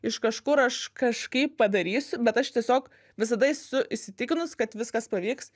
iš kažkur aš kažkaip padarysiu bet aš tiesiog visada esu įsitikinus kad viskas pavyks